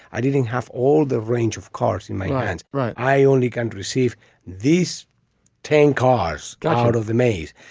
i didn't have all the range of cards in my hands right. i only come to receive these ten cards got out of the maze.